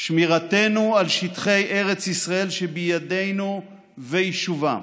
שמירתנו על שטחי ארץ ישראל שבידינו ויישובם.